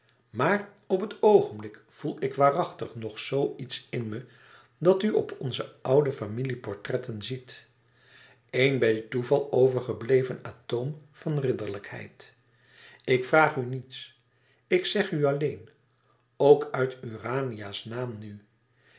maar op het oogenblik voel ik waarachtig nog zoo iets in me dat u op onze oude familieportretten ziet een bij toeval overgebleven atoom van ridderlijkheid ik vraag u niets ik zeg u alleen ook uit urania's naam nu